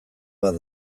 bat